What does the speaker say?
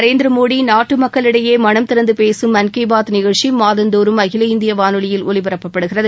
நரேந்திர மோடி நாட்டு மக்களிடையே மனம் திறந்து பேசும் மன்கி பாத் நிகழ்ச்சி மாதந்தோறும் அகில இந்திய வானொலியில் ஒலிபரப்பப்படுகிறது